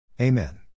Amen